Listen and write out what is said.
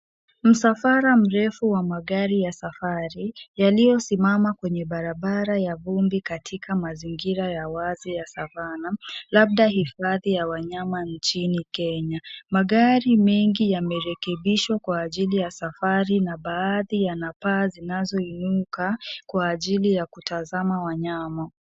Msafara mrefu wa magari ya safari, yaliyosimama kwenye barabara ya vumbi katika mazingira ya wazi ya savana labda hifadhi ya wanyama nchini Kenya. Magari mengi yamerekebishwa kwa ajili ya safari na baadhi yana paa zinazoinuka kwa ajili ya kutazama wanyama.